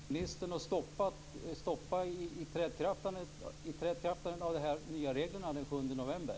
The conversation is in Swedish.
Fru talman! Jag har en kort följdfråga. Kommer kommunikationsministern att stoppa ikraftträdandet av de nya reglerna den 7 november?